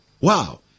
Wow